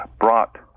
brought